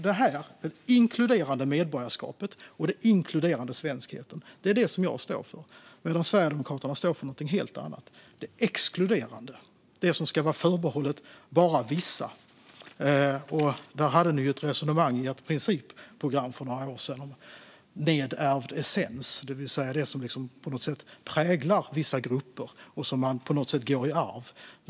Det inkluderande medborgarskapet och den inkluderande svenskheten är det som jag står för, medan Sverigedemokraterna står för någonting helt annat, nämligen det exkluderande och det som ska vara förbehållet bara vissa. För några år sedan hade ni ju ett resonemang i ert principprogram om nedärvd essens, Tobias Andersson, det vill säga det som på något sätt präglar vissa grupper och på något sätt går i arv.